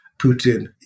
Putin